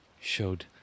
showed